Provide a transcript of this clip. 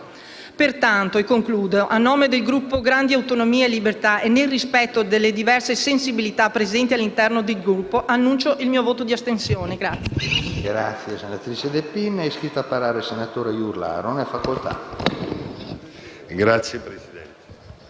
Pertanto, a nome del gruppo Grandi Autonomie e Libertà, e nel rispetto delle diverse sensibilità presenti all'interno del Gruppo, annuncio il mio voto di astensione.